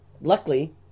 Luckily